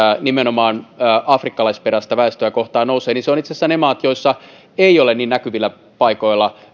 nimenomaan afrikkalaisperäistä väestöä kohtaan nousee että ne ovat itse asiassa ne maat joissa ei ole niin näkyvillä paikoilla